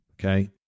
okay